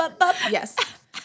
Yes